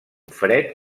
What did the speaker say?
fred